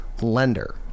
lender